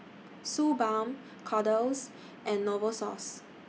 Suu Balm Kordel's and Novosource